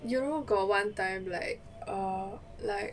you know got one time like err like